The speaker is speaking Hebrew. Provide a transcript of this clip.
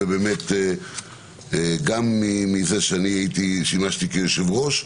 גם מזה ששימשתי כיושב-ראש.